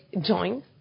join